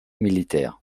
militaire